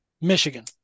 Michigan